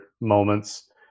moments